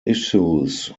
issues